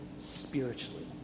spiritually